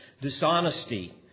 dishonesty